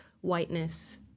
whiteness